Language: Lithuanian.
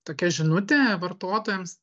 tokia žinutė vartotojams